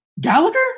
Gallagher